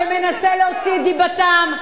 שמנסה להוציא את דיבתם.